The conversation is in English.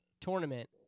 tournament